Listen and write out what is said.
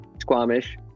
Squamish